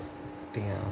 thing ah